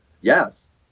Yes